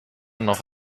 noch